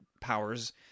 powers